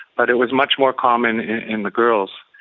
but it was much more common in the girls.